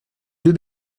deux